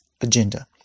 agenda